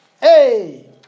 hey